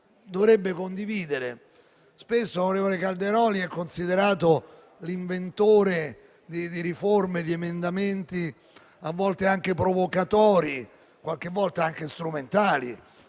dovrebbe condividere. Spesso l'onorevole Calderoli è considerato l'inventore di riforme e di emendamenti a volte anche provocatori o strumentali: